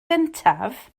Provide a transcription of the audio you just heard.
gyntaf